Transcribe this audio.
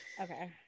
Okay